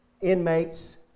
inmates